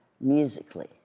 musically